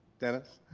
dennis.